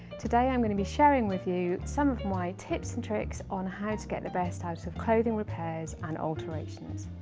today i'm going to be sharing with you some of my tips and tricks on how to get the best out of clothing repairs and alterations.